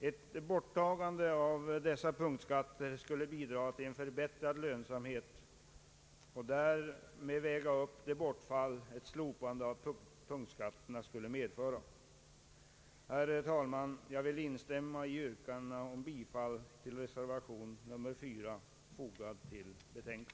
Ett borttagande av dessa punktskatter skulle bidra till en förbättrad lönsamhet och därmed väga upp skattebortfallet. Herr talman! Jag vill instämma i yrkandena om bifall till reservation 4.